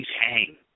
hang